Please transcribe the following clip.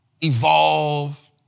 evolve